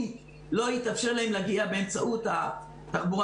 אם לא יתאפשר להם להגיע באמצעות התחבורה